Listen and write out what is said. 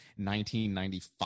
1995